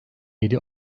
yedi